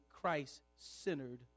Christ-centered